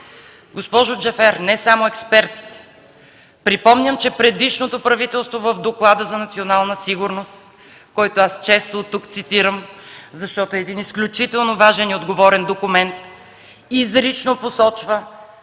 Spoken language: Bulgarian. Госпожо Джафер, не само експертите, припомням, че предишното правителство изрично посочва в Доклада за национална сигурност, който аз често от тук цитирам, защото е изключително важен и отговорен документ, че една